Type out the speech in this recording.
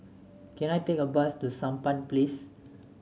can I take a bus to Sampan Place